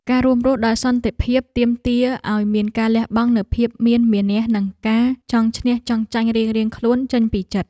ការរួមរស់ដោយសន្តិភាពទាមទារឱ្យមានការលះបង់នូវភាពមានមានះនិងការចង់ឈ្នះចង់ចាញ់រៀងៗខ្លួនចេញពីចិត្ត។